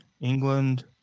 England